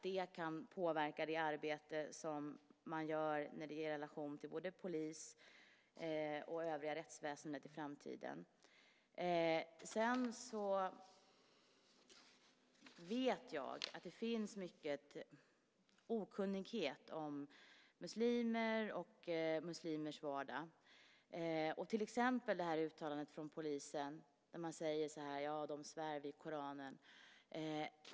Det kan påverka det arbete som man gör när det gäller relationerna till polisen och det övriga rättsväsendet i framtiden. Jag vet att det finns mycket okunnighet om muslimer och om muslimers vardag. Det gäller till exempel uttalandet från polisen att muslimer svär vid Koranen.